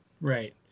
right